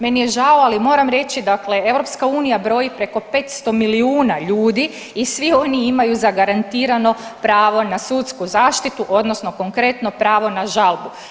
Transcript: Meni je žao, ali moram reći dakle Europska unija broji preko 500 milijuna ljudi i svi oni imaju zagarantirano pravo na sudsku zaštitu, odnosno konkretno pravo na žalbu.